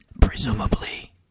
presumably